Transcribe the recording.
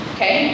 Okay